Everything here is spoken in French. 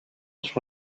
sur